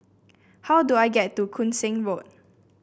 how do I get to Koon Seng Road